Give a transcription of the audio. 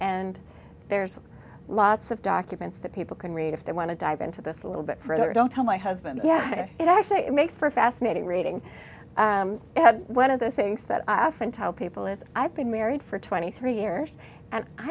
and there's lots of documents that people can read if they want to dive into this a little bit further don't tell my husband yeah it actually makes for fascinating reading one of the things that i often tell people is i've been married for twenty three years and i